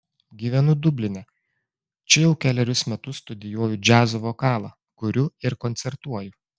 gyvenu dubline čia jau kelerius metus studijuoju džiazo vokalą kuriu ir koncertuoju